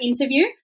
interview